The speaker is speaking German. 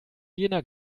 jena